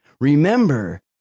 Remember